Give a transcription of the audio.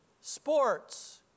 Sports